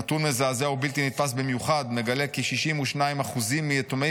נתון מזעזע ובלתי נתפס במיוחד מגלה כי 62% מיתומי